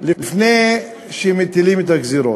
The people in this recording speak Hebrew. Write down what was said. לפני שמטילים את הגזירות.